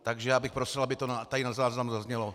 Takže já bych prosil, aby to tady na záznam zaznělo.